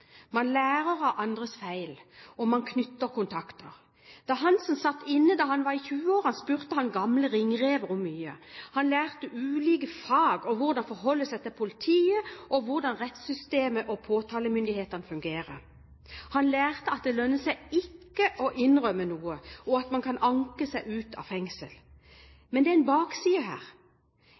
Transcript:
Man lærer av andres feil, og man knytter kontakter. Da Hansen satt inne da han var i 20-årene, spurte han gamle ringrever, især skapsprengere, om mye. Han lærte ulike «fag» og hvordan forholde seg til politiet, og hvordan rettssystemet og påtalemyndigheten fungerer. Han lærte at det lønner seg ikke å innrømme noe og at man kan anke seg ut av fengslet. – Men det er en bakside her